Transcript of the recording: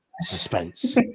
suspense